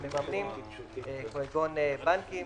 כגון בנקים